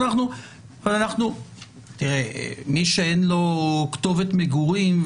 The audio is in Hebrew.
מי שאין לו כתובת מגורים,